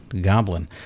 Goblin